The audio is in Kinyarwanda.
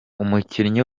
umukinyi